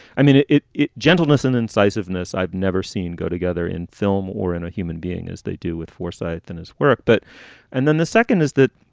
i mean, it it it gentleness and incisive liveness i've never seen go together in film or in a human being as they do with foresight in his work. but and then the second is that.